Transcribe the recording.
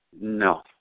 No